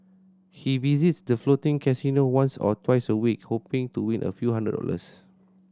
he visits the floating casino once or twice a week hoping to win a few hundred dollars